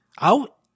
out